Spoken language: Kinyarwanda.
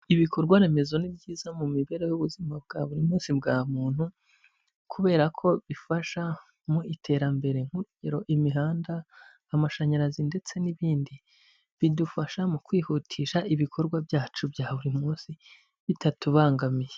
Ibikorwa remezo ni byiza mu mibereho y'ubuzima bwa buri munsi bwa muntu, kubera ko bifasha mu iterambere imihanda ,amashanyarazi ,ndetse n'ibindi bidufasha mu kwihutisha ibikorwa byacu bya buri munsi bitatubangamiye.